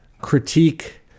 critique